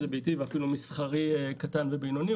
זה ביתי ואפילו מסחרי קטן ובינוני,